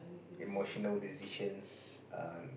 emotional decisions uh